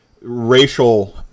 racial